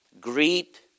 greet